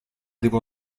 devo